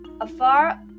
afar